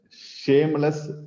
shameless